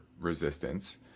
resistance